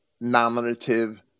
nominative